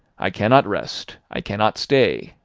i cannot rest, i cannot stay,